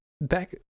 back